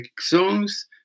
songs